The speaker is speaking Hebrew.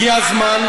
הגיע הזמן,